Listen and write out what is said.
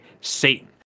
Satan